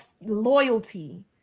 loyalty